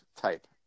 type